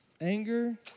anger